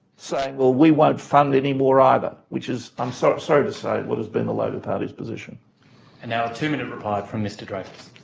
saying, well, we won't fund any more either, which is, i'm sorry sorry to say, what has been the labor party's position. and now a two-minute reply from mr dreyfus.